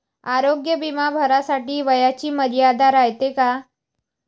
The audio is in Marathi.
आरोग्य बिमा भरासाठी वयाची मर्यादा रायते काय?